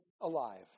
alive